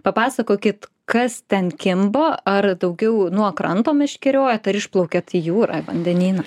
papasakokit kas ten kimba ar daugiau nuo kranto meškeriojat ar išplaukė į jūrą vandenyną